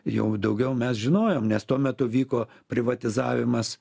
jau daugiau mes žinojom nes tuo metu vyko privatizavimas